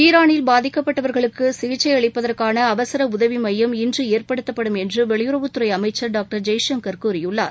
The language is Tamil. ஈரானில் பாதிக்கப்பட்டவர்களுக்கு சிகிச்சை அளிப்பதற்கான அவசர உதவி மையம் இன்று ஏற்படுத்தப்படும் என்று வெளியுறவுத்துறை அமைச்சர் டாக்டர் ஜெய்சங்கர் கூறியுள்ளார்